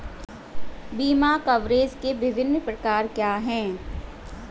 बीमा कवरेज के विभिन्न प्रकार क्या हैं?